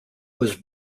was